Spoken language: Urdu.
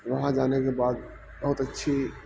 وہاں جانے کے بعد بہت اچھی